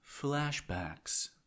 Flashbacks